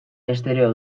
estereo